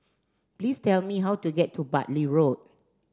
please tell me how to get to Bartley Road